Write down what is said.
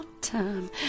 time